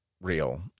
real